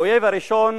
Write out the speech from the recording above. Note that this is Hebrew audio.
האויב הראשון